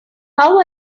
how